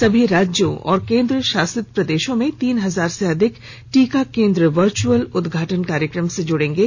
सभी राज्यों और केन्द्रशासित प्रदेशों में तीन हजार से अधिक टीका केन्द्र वर्चअल उदघाटन कार्यक्रम से जुड़ेंगे